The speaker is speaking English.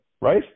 right